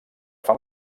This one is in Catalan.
fan